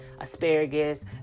asparagus